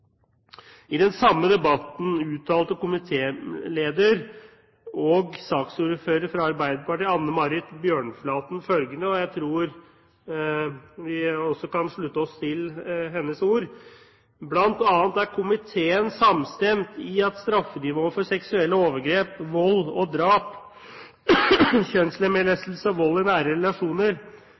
I den samme debatten uttalte komitéleder og saksordfører fra Arbeiderpartiet, Anne Marit Bjørnflaten, følgende – og jeg tror også vi kan slutte oss til hennes ord: «Blant annet er komiteen samstemt i at straffenivået for seksuelle overgrep, vold og drap, kjønnslemlestelse og vold i nære relasjoner